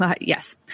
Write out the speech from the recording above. yes